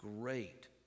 Great